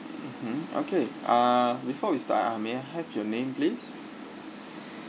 mmhmm okay uh before we start uh may I have your name please